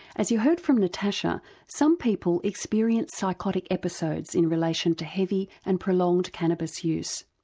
as you heard from natasha some people experience psychotic episodes in relation to heavy and prolonged cannabis use,